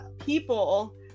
people